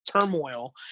turmoil